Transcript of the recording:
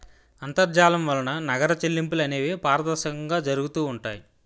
అంతర్జాలం వలన నగర చెల్లింపులు అనేవి పారదర్శకంగా జరుగుతూ ఉంటాయి